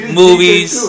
movies